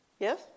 Yes